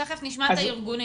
תכף נשמע את הארגונים.